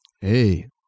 Hey